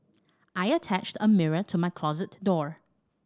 I attached a mirror to my closet door